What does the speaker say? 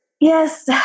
Yes